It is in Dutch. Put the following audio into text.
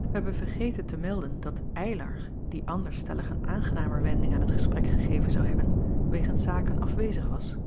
ij hebben vergeten te melden dat ylar die anders stellig een aangenamer wending aan t gesprek gegeven zou hebben wegens zaken afwezig was